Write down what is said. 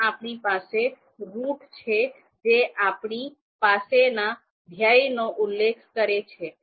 પ્રથમ આપણી પાસે રુટ છે જે આપણી પાસેના ધ્યેયનો ઉલ્લેખ કરે છે